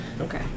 Okay